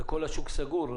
וכל השוק סגור,